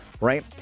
right